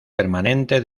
permanente